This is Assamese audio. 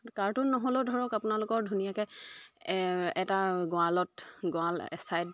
কাৰ্টুন নহ'লেও ধৰক আপোনালোকৰ ধুনীয়াকৈ এটা গঁৰালত গঁৰাল এছাইড